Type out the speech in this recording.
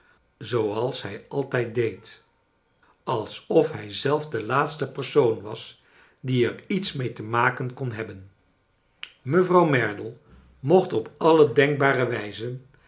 zooals hij altijd deed alsof hij zelf de laatste persoon was die er iets mee te maken kon hebben mevrouw merdle mocht op alle denkbare wijzen